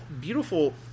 beautiful